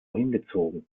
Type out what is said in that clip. hingezogen